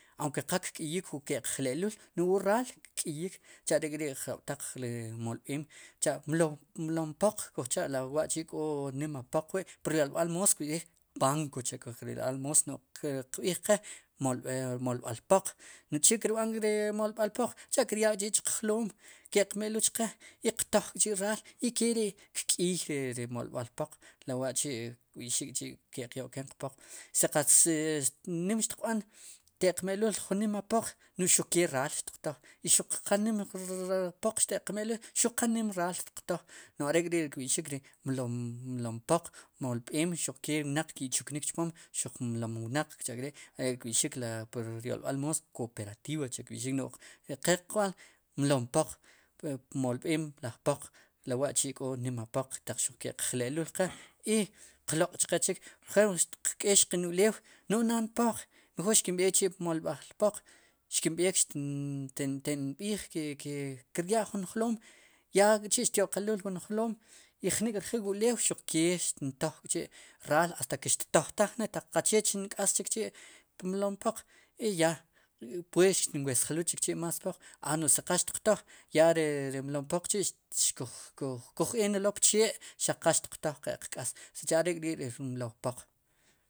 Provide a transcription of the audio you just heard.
Ake qal kk'iyik wu ke'q jle'luul no'j wu raal kk'iyik sicha' are' k'ri' jab'taq molb'eem sicha' mlow mlon poq kuj cha' la wa'chi'li k'o nima poq wi' puryolb'al moos kb'ixik banco, pur yolb'al moos no'j qb'iij qe molb'e molb'al poq, no'j che kirb'an kri molb'alpoq sicha' kiryaa chi' chiqjloom ke'q me'luul chqe qtoj k'chi' raal keri' kk'iiy ri molb'al poq le wa'chi' kb'i'xik k'chi' ke'qyo'ken qpoq si qatz nim xtiqb'an te'q me'lul ju nima poq no'j xuqke raal xtiqtoj i xuq qanim poq xrtiqme' lul xuq qanim raal xtitoj no'j are'kri' ri kb'ixik mlom poq molb'eem xuqke wnaq ki'chuknik chpom mlom wnaq kcha'kri' are'kb'i'xik pur yolb'al moos kooperativa cha kb'i'xik no'j qe qb'an mlom poq pmlomb'en laj poq le wa'chi'k'o nima poq taq xuq ke'q jle'lul qe i xtiq loq' qe chik chi' jrub' tk'yex qe'n ulew no'j naad npoq mejor xkinb'eek chi' pmolb'al poq xkimb'eek xtin b'iij keryaa jun jloom yaak'chi' xtyo'qeluul wun jloom i jnik'rjil wu ulew xuq kee xtintoj k'chi' raal hasta ke xtojtaj ne'hasta ke qachee nk'es chikchi' pmlom poq i ya pued xtin wesjeluul chikchi' más poq a no'j si qal xtiq toj ya ri mlompoq chi' xkuj, xkuj xkuj eek'nelo'pchee xaq qal xtiq toj qe'qk'ees sicha' are'k'ri'ri mlowpoq.